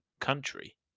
country